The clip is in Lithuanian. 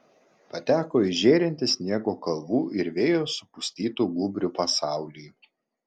pateko į žėrintį sniego kalvų ir vėjo supustytų gūbrių pasaulį